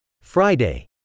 Friday